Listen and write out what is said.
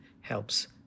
helps